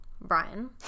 Brian